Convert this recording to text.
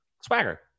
Swagger